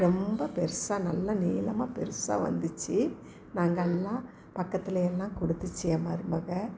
ரொம்ப பெரிசா நல்ல நீளமாக பெரிசா வந்துச்சு நாங்கெளெல்லாம் பக்கத்தில் எல்லாம் கொடுத்துச்சி என் மருமகள்